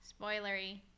Spoilery